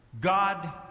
God